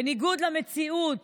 בניגוד למציאות